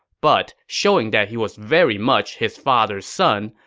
but, showing that he was very much his father's son,